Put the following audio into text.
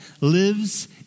lives